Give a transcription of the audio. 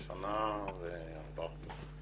שנה וארבעה חודשים.